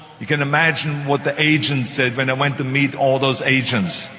you can imagine what the agents said when i went to meet all those agents.